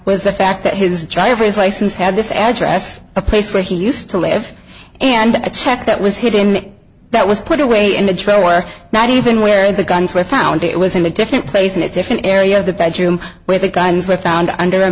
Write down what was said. was the fact that his driver's license had this address a place where he used to live and a check that was hit in that was put away in the trailer not even where the guns were found it was in a different place in a different area of the bedroom where the guns were found under a